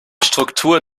struktur